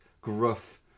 gruff